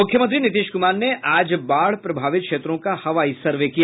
मुख्यमंत्री नीतीश कुमार ने आज बाढ़ प्रभावित क्षेत्रों का हवाई सर्वे किया